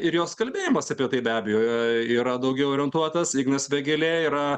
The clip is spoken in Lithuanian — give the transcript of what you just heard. ir jos kalbėjimas apie tai be abejo yra daugiau orientuotas ignas vėgėlė yra